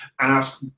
ask